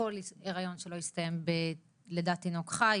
כי היריון שלא הסתיים בלידת תינוק חי